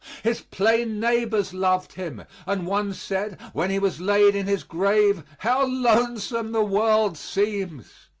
his plain neighbors loved him and one said, when he was laid in his grave, how lonesome the world seems!